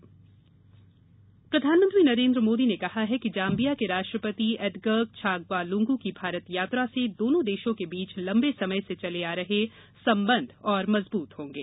प्रधानमंत्री प्रधानमंत्री नरेन्द्र मोदी ने कहा है कि जाम्बिया के राष्ट्रपति एडगर्ग छागवा लुंगू की भारत यात्रा से दोनों देशों के बीच लम्बे समय से चले आ रहे संबंध और मजबूत होंगे